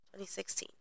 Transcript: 2016